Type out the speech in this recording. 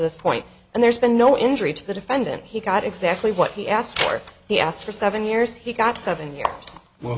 this point and there's been no injury to the defendant he got exactly what he asked for he asked for seven years he got seven years